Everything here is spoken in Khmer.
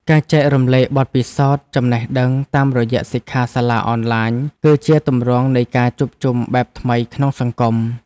ការចែករំលែកបទពិសោធន៍ចំណេះដឹងតាមរយៈសិក្ខាសាលាអនឡាញ គឺជាទម្រង់នៃការជួបជុំបែបថ្មីក្នុងសង្គម។